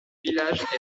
village